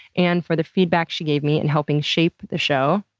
and for the feedback she gave me in helping shape the show.